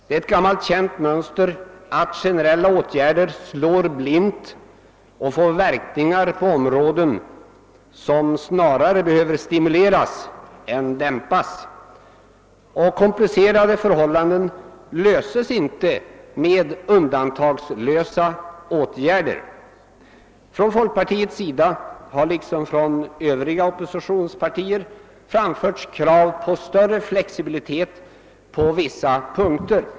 Det är ett gammalt och känt mönster att generella åtgärder slår blint och får verkningar på områden som snarare behöver stimuleras än dämpas. Komplicerade förhållanden löses inte med undantagslösa åtgärder. Från folkpartiet liksom från övriga oppositionspartier har framförts krav på större flexibilitet på vissa punkter.